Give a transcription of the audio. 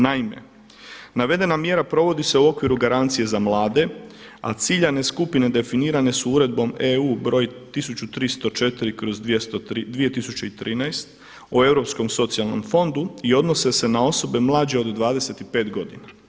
Naime, navedena mjera provodi se u okviru garancije za mlade, a ciljane skupine definirane su Uredbom EU br. 1304/2013 o Europskom socijalnom fondu i odnose se na osobe mlađe od 25 godina.